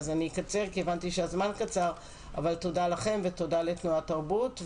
תודה לכם ותודה לתנועת תרבות.